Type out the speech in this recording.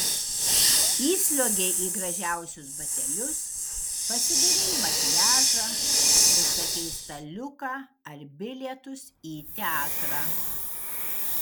įsliuogei į gražiausius batelius pasidarei makiažą užsakei staliuką ar bilietus į teatrą